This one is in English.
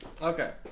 Okay